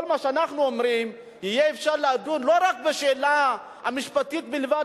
כל מה שאנחנו אומרים יהיה אפשר לדון לא רק בשאלה המשפטית בלבד,